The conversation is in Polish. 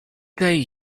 tej